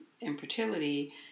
infertility